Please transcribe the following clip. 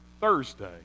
Thursday